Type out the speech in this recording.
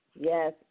Yes